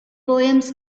poems